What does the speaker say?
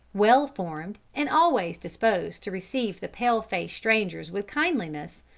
well formed and always disposed to receive the pale face strangers with kindliness,